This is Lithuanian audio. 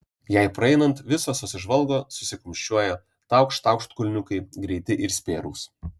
jai praeinant visos susižvalgo susikumščiuoja taukšt taukšt kulniukai greiti ir spėrūs